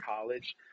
college